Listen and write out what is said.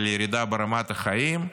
ולירידה ברמת החיים.